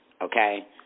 Okay